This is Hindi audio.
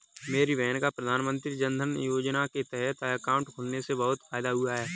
मेरी बहन का प्रधानमंत्री जनधन योजना के तहत अकाउंट खुलने से बहुत फायदा हुआ है